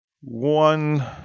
one